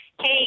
hey